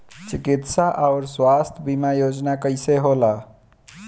चिकित्सा आऊर स्वास्थ्य बीमा योजना कैसे होला?